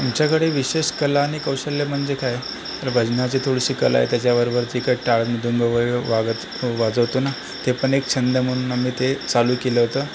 आमच्याकडे विशेष कला आणि कौशल्य म्हणजे काय तर भजनाची थोडीशी कला आहे त्याच्याबरोबरची ती टाळ मृदुंग वगैरे वागत वाजवतो ना ते पण एक छंद म्हणून आम्ही ते चालू केलं होतं